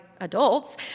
adults